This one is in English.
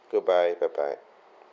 goodbye bye bye